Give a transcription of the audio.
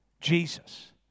Jesus